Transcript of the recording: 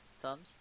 thumbs